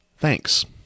Thanks